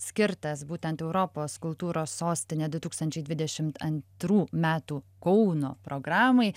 skirtas būtent europos kultūros sostinė du tūkstančiai dvidešimt antrų metų kauno programai